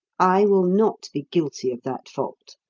i will not be guilty of that fault.